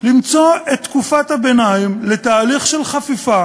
למצוא את תקופת הביניים לתהליך חפיפה